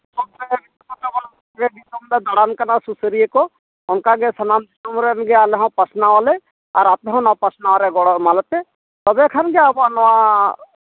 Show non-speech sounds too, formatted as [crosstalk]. [unintelligible] ᱫᱮᱥᱼᱫᱤᱥᱚᱢ ᱞᱮ ᱫᱟᱬᱟᱱ ᱠᱟᱱᱟ ᱥᱩᱥᱟᱹᱨᱤᱭᱟᱰ ᱠᱚ ᱚᱱᱠᱟᱜᱮ ᱥᱟᱱᱟᱢ ᱫᱤᱥᱚᱢ ᱨᱮᱜᱮ ᱟᱞᱮ ᱦᱚᱸ ᱯᱟᱥᱱᱟᱣᱟᱞᱮ ᱟᱨ ᱟᱯᱮ ᱦᱚᱸ ᱚᱱᱟ ᱯᱟᱥᱱᱟᱣ ᱨᱮ ᱜᱚᱲᱚ ᱮᱢᱟᱞᱮᱯᱮ ᱛᱚᱵᱮ ᱠᱷᱟᱱ ᱜᱮ ᱟᱵᱚᱣᱟᱜ ᱱᱚᱣᱟ